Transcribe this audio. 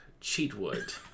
Cheatwood